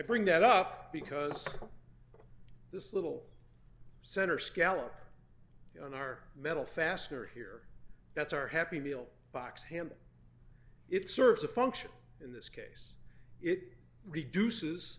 bring that up because this little center scallop on our metal fastener here that's our happy meal box him it serves a function in this case it reduces